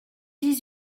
dix